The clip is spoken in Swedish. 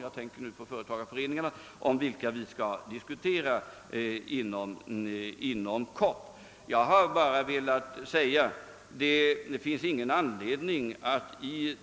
Jag tänker här särskilt på företagareföreningarna, som vi inom kort skall diskutera. Det finns nämligen ingen anledning att